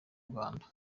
rwanda